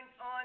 on